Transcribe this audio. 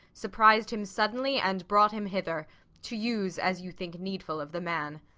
surpris'd him suddenly, and brought him hither to use as you think needful of the man.